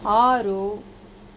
ಆರು